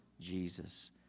Jesus